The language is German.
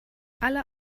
alle